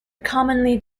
commonly